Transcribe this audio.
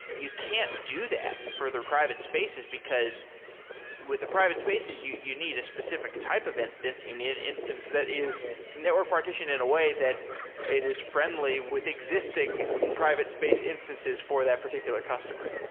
you can't do that for their private spaces, because with the private spaces, you you need a specific type of instance, you need an instance that is network partition in a way that it is friendly with existing private space instances for that particular customer